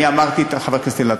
אני אמרתי, חבר הכנסת אילטוב,